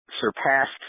surpassed